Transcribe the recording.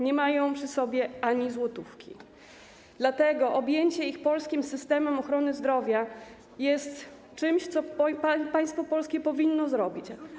Nie mają przy sobie ani złotówki, dlatego objęcie ich polskim systemem ochrony zdrowia jest czymś, co państwo polskie powinno zrobić.